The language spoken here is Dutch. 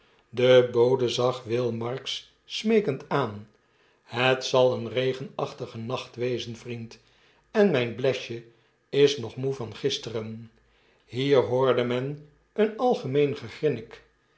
de bode zag will marks smeekend aan het zal een regenachtige nacht wezen vriend en mjjn blesje is nog moe van gisteren hier hoorde men een algemeen gegrinnik